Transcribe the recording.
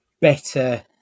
better